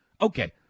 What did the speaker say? okay